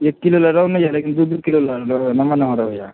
एक किलो लए रहु नहि अछि लेकिन दू दू किलोबला रहु अछि नम्हर नम्हर रहु अछि